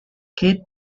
kidd